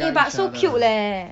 eh but so cute leh